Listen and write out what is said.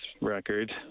record